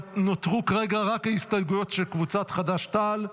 נותרו כרגע רק ההסתייגויות של קבוצת חד"ש-תע"ל,